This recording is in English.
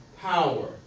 power